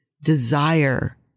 desire